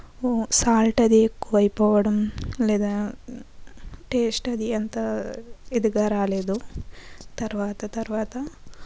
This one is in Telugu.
సాల్ట్ అది ఎక్కువైపోవడం లేదా టేస్ట్ అది అంత ఇదిగా రాలేదు తర్వాత తర్వాత